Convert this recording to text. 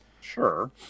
Sure